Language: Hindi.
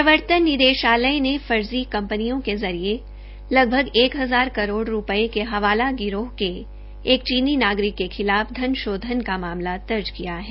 प्रवर्तन निदेशालय ने फर्जी कंपनियों के जरिए लगभग एक हजार करोड़ रूपए के हवाला गिरोह के एक चीनी नागरिक के खिलाफ धन शोधन का मामला दर्ज किया है